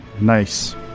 Nice